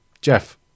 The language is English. Jeff